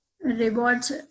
rewards